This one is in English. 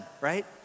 right